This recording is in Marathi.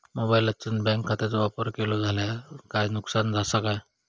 मोबाईलातसून बँक खात्याचो वापर केलो जाल्या काय नुकसान असा काय?